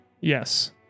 Yes